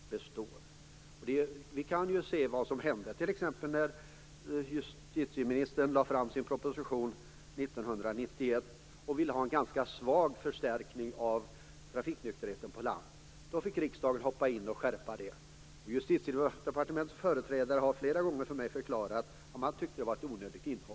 Vi kan se vad som hände t.ex. när justitieministern lade fram sin proposition 1991 och ville ha en ganska svag förstärkning av trafiknykterheten på land. Då fick riksdagen hoppa in och skärpa det. Justitiedepartementets företrädare har flera gånger för mig förklarat att man tyckte att det var ett onödigt inhopp.